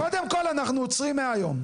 קודם כל אנחנו עוצרים מהיום.